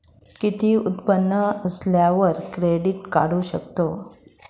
किती उत्पन्न असल्यावर क्रेडीट काढू शकतव?